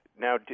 Now